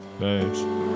Nice